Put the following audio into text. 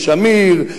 שמיר,